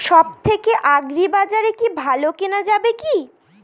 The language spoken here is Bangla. সব থেকে আগ্রিবাজারে কি ভালো কেনা যাবে কি?